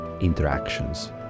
interactions